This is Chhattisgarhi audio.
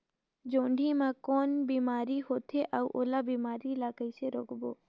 जोणी मा कौन बीमारी होथे अउ ओला बीमारी ला कइसे रोकबो?